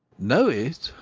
know it!